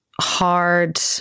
hard